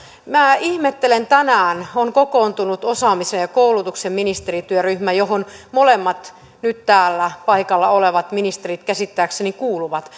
minä ihmettelen kun tänään on kokoontunut osaamisen ja koulutuksen ministerityöryhmä johon molemmat nyt täällä paikalla olevat ministerit käsittääkseni kuuluvat